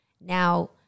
Now